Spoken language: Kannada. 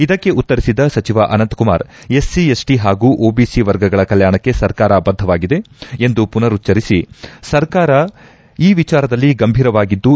ಇದಕ್ಕೆ ಉತ್ತರಿಸಿದ ಸಚಿವ ಅನಂತಕುಮಾರ್ ಎಸ್ಸಿಮಸ್ಟಿ ಹಾಗೂ ಒಬಿಸಿ ವರ್ಗಗಳ ಕಲ್ಯಾಣಕ್ಕೆ ಸರ್ಕಾರ ಬದ್ದವಾಗಿದೆ ಮನರುಚ್ದರಿಸಿ ಸರ್ಕಾರ ಈ ವಿಚಾರದಲ್ಲಿ ಗಂಭೀರವಾಗಿದ್ದು